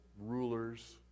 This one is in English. rulers